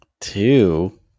Two